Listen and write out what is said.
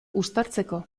uztartzeko